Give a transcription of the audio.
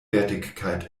wertigkeit